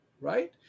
Right